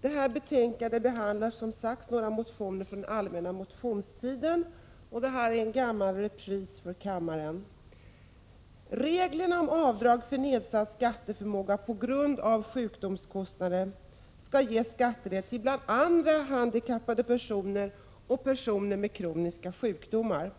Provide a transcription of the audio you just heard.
Detta betänkande behandlar som sagt några motioner från allmänna motionstiden, och det här ärendet är en gammal repris för kammaren. nader skall ge skattelättnader för bl.a. handikappade personer och personer med kroniska sjukdomar.